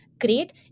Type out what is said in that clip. great